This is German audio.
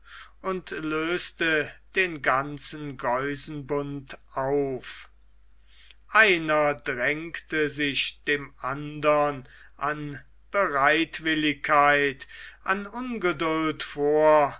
und löste den ganzen geusenbund auf einer drängte sich dem andern an bereitwilligkeit an ungeduld vor